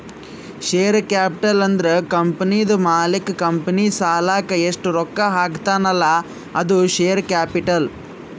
share capital ಅಂದುರ್ ಕಂಪನಿದು ಮಾಲೀಕ್ ಕಂಪನಿ ಸಲಾಕ್ ಎಸ್ಟ್ ರೊಕ್ಕಾ ಹಾಕ್ತಾನ್ ಅಲ್ಲಾ ಅದು ಶೇರ್ ಕ್ಯಾಪಿಟಲ್